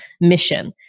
mission